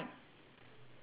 okay